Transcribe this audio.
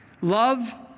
Love